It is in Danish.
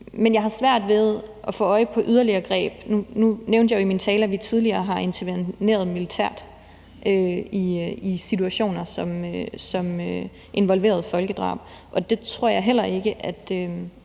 Men jeg har svært ved at få øje på yderligere greb. Nu nævnte jeg i min tale, vi tidligere har interveneret militært i situationer, som involverede folkedrab, og det tror jeg heller ikke at